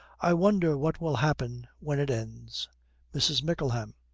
i wonder what will happen when it ends mrs. mickleham.